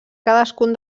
cadascun